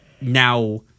now